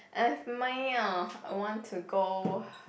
and if me ah I want to go